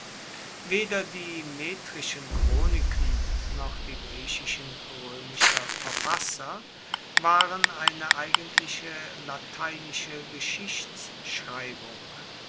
weder die metrischen chroniken noch die griechischen roemischer verfasser waren eine eigentliche lateinische geschichtschreibung